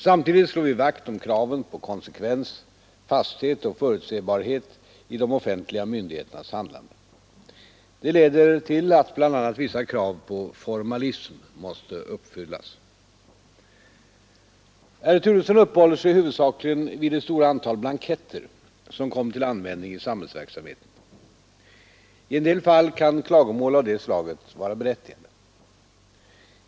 Samtidigt slår vi vakt om kraven på konsekvens, fasthet och förutsebarhet i de offentliga myndigheternas handlande. Det leder till att bl.a. vissa krav på ”formalism” måste uppfyllas. Herr Turesson uppehåller sig huvudsakligen vid det stora antal blanketter som kommer till användning i samhällsverksamheten. I en del fall kan klagomål av det slaget vara berättigade.